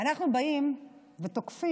אנחנו באים ותוקפים